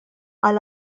għal